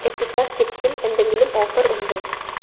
എപ്പിറ്റാസ് ചിപ്സിൽ എന്തെങ്കിലും ഓഫർ ഉണ്ടോ